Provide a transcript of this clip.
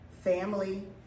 Family